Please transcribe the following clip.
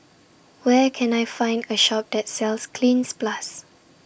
Where Can I Find A Shop that sells Cleanz Plus